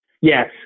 Yes